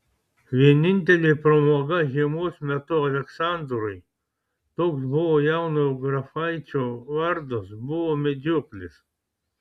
vienintelė pramoga žiemos metu aleksandrui toks buvo jaunojo grafaičio vardas buvo medžioklės